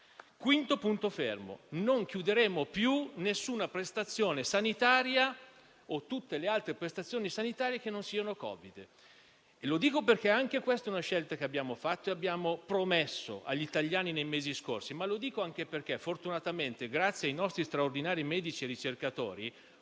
quinto punto fermo è che non chiuderemo più nessuna prestazione sanitaria o tutte le altre prestazioni sanitarie che non siano Covid. Lo dico perché anche questa è una scelta che abbiamo fatto e abbiamo promesso agli italiani nei mesi scorsi. Ricordo anche che fortunatamente, grazie ai nostri straordinari medici e ricercatori,